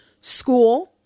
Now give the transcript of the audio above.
school